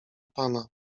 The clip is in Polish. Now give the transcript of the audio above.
pana